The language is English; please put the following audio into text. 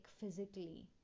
physically